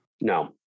No